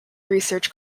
research